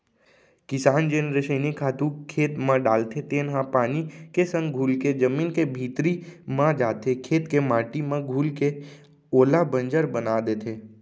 किसान जेन रसइनिक खातू खेत म डालथे तेन ह पानी के संग घुलके जमीन के भीतरी म जाथे, खेत के माटी म घुलके ओला बंजर बना देथे